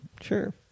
Sure